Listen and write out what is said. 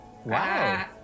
Wow